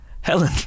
Helen